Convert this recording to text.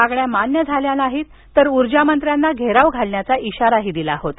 मागण्या मान्य झाल्या नाही तर ऊर्जा मंत्र्यांना धेराव घालण्याचा इशाराही दिला होता